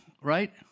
right